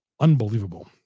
Unbelievable